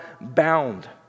bound